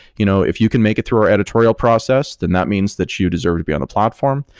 you know if you can make it through our editorial process, then that means that you deserve to be on the platform.